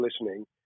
listening